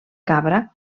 cabra